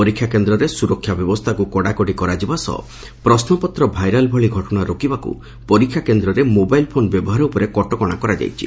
ପରୀକ୍ଷା କେନ୍ଦରେ ସୁରକ୍ଷା ବ୍ୟବସ୍ଷାକୁ କଡ଼ାକଡ଼ି କରାଯିବା ସହ ପ୍ରଶ୍ୱପତ୍ର ଭାଇରାଲ୍ ଭଳି ଘଟଶା ରୋକିବାକୁ ପରୀକ୍ଷା କେନ୍ଦରେ ମୋବାଇଲ୍ ଫୋନ୍ ବ୍ୟବହାର ଉପରେ କଟକଣା କରାଯାଇଛି